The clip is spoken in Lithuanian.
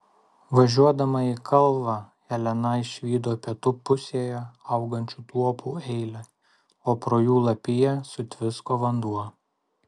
važiuodama į kalvą helena išvydo pietų pusėje augančių tuopų eilę o pro jų lapiją sutvisko vanduo